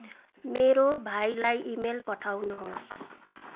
मेरो भाइलाई इमेल पठाउनुहोस्